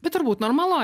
bet turbūt normalu